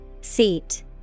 Seat